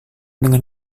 dengan